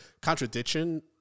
contradiction